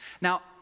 Now